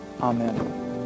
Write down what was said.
Amen